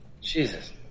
Jesus